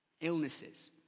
illnesses